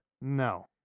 No